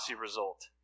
result